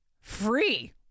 free